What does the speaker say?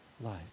life